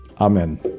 Amen